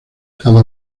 cada